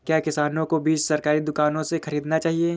क्या किसानों को बीज सरकारी दुकानों से खरीदना चाहिए?